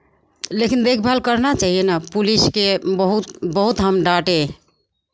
लेकिन देखभाल करना चाहिये ना पुलिसके बहुत बहुत हम डाँटे